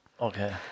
Okay